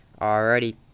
Alrighty